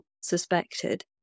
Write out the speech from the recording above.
suspected